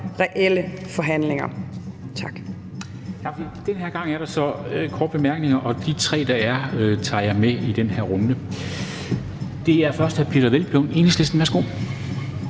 Tak for det. Den her gang er der så korte bemærkninger, og de tre, der er, kommer med i den her runde. Det er først hr. Peder Hvelplund, Enhedslisten. Værsgo.